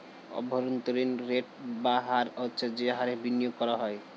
অভ্যন্তরীণ রেট বা হার হচ্ছে যে হারে বিনিয়োগ করা হয়